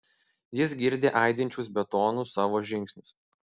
jis girdi aidinčius betonu savo žingsnius